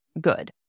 good